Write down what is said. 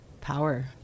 power